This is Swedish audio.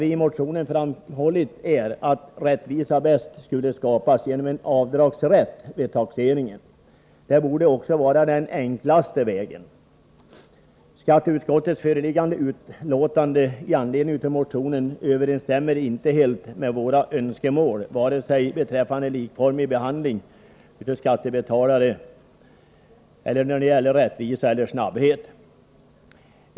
I motionen har vi framhållit att rättvisa bäst skulle skapas genom avdragsrätt vid taxeringen. Det borde också vara den enklaste vägen. Skatteutskottets föreliggande utlåtande i anledning av motionen överensstämmer inte helt med våra önskemål, vare sig beträffande likformig behandling av skattebetalare eller när det gäller rättvisa eller snabbhet.